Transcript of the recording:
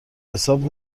حساب